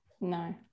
No